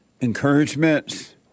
encouragements